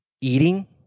eating